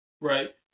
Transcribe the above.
Right